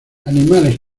animales